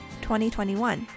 2021